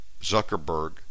Zuckerberg